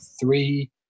three